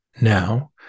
Now